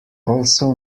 also